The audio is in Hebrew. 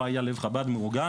לא היה לב חב"ד מאורגן,